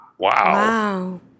Wow